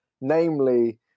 namely